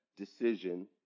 decision